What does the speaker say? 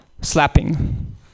Slapping